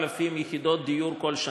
כ-4,000 יחידות דיור כל שנה,